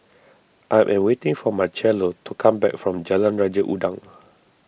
I am waiting for Marchello to come back from Jalan Raja Udang